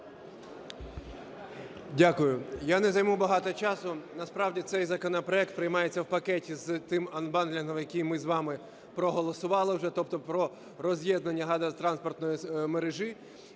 Дякую. Я не займу багато часу. Насправді цей законопроект приймається в пакеті з тим анбандлінгом, який ми з вами проголосували вже, тобто про роз'єднання газотранспортної мережі.